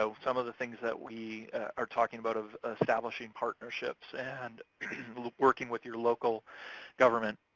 so some of the things that we are talking about of establishing partnerships and working with your local government.